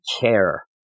care